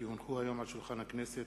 כי הונחו היום על שולחן הכנסת,